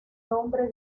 nombre